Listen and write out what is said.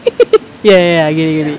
ya ya ya I get it get it